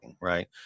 right